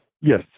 Yes